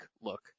look